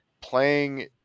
playing